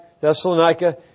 Thessalonica